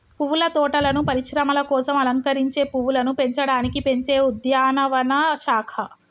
పువ్వుల తోటలను పరిశ్రమల కోసం అలంకరించే పువ్వులను పెంచడానికి పెంచే ఉద్యానవన శాఖ